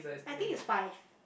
I think it's five